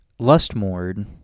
Lustmord